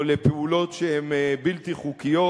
או לפעולות שהן בלתי חוקיות,